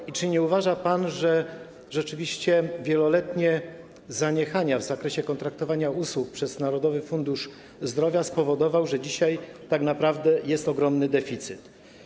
I czy nie uważa pan, że rzeczywiście wieloletnie zaniechania w zakresie kontraktowania usług przez Narodowy Fundusz Zdrowia spowodowały, że dzisiaj tak naprawdę jest ogromny deficyt?